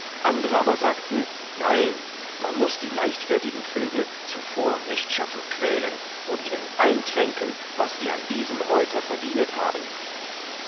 andere aber sagten nein man muß die leichtfertigen vögel zuvor rechtschaffen quälen und ihnen eintränken was sie an diesem reuter verdienet haben